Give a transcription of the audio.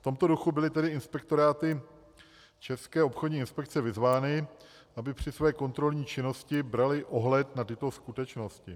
V tomto duchu byly tedy inspektoráty České obchodní inspekce vyzvány, aby při své kontrolní činnosti braly ohled na tyto skutečnosti.